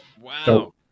Wow